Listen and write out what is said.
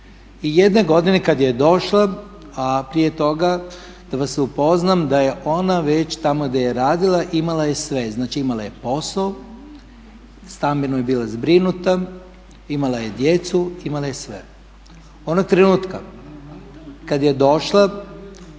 I jedne godine kad je došla, a prije toga da vas upoznam da je ona tamo gdje je radila imala je sve, znači imala je posao, stambeno je bila zbrinuta, imala je djecu, imala je sve. Onog trenutka kad je došla